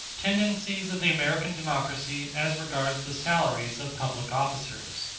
tendencies of the american democracy as regards the salaries of public officers